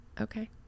Okay